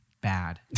bad